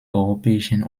europäischen